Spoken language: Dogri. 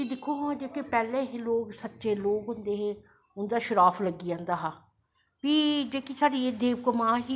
फ्ही दिक्को हां पैह्लें हे जेह्के लोग सच्चे लोग हे उंदा शराप लग्गी जंदा हा फ्ही एह् साढ़ी जेह्की देवक मां ही